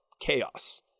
chaos